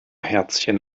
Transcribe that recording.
herzchen